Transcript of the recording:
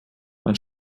man